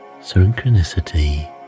synchronicity